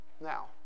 Now